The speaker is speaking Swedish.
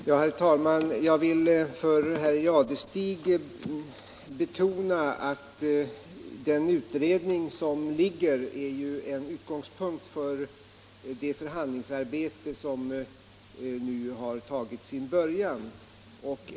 Herr talman! Jag vill för herr Jadestig betona att den föreliggande utredningen är en utgångspunkt för det förhandlingsarbete som nu tagit sin början.